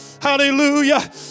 hallelujah